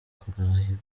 kurahira